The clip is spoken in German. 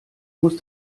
muss